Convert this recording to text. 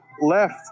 left